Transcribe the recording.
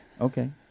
Okay